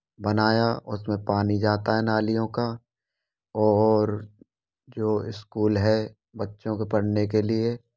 बनाया उसमें पानी जाता है नालियों का और जो स्कूल है बच्चों के पढ़ने के लिए